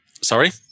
sorry